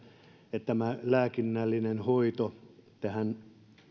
että lääkinnällinen hoito